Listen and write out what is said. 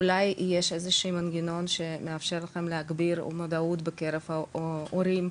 אולי יש איזשהו מנגנון שמאפשר לכם להגביר מודעות בקרב ההורים,